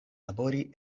labori